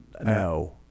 no